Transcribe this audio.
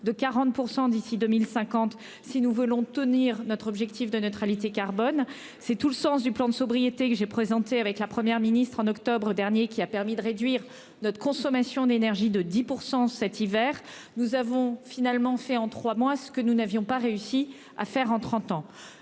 de 40% d'ici 2050. Si nous voulons tenir notre objectif de neutralité carbone. C'est tout le sens du plan de sobriété que j'ai présenté avec la Première ministre en octobre dernier qui a permis de réduire notre consommation d'énergie de 10% cet hiver nous avons finalement fait en 3 mois ce que nous n'avions pas réussi à faire en 30 ans